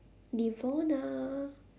devona